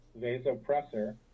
vasopressor